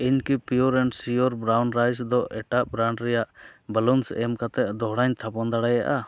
ᱤᱧ ᱠᱤ ᱯᱤᱭᱩᱨ ᱟᱨ ᱥᱤᱭᱳᱨ ᱵᱨᱟᱣᱩᱱ ᱨᱟᱭᱤᱥ ᱫᱚ ᱮᱴᱟᱜ ᱵᱨᱟᱱᱰ ᱵᱟᱞᱩᱱᱥ ᱮᱢ ᱠᱟᱛᱮᱫ ᱫᱚᱦᱲᱟᱧ ᱛᱷᱟᱯᱚᱱ ᱫᱟᱲᱮᱭᱟᱜᱼᱟ